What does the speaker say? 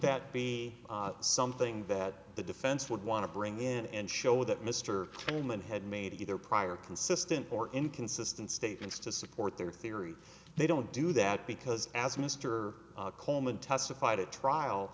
that be something that the defense would want to bring in and show that mr twentyman had made either prior consistent or inconsistent statements to support their theory they don't do that because as mr coleman testified at trial